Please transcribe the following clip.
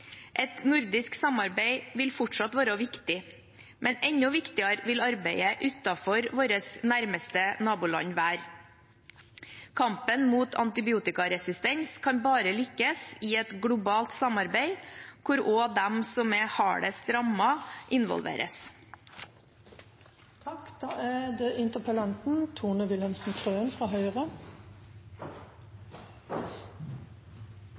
Et nordisk samarbeid vil fortsatt være viktig, men enda viktigere vil arbeidet utenfor våre nærmeste naboland være. Kampen mot antibiotikaresistens kan bare lykkes i et globalt samarbeid hvor også de som er hardest rammet, involveres. Takk til statsråden for gode svar. Jeg må si jeg er